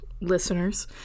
listeners